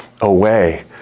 away